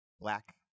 black